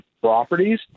properties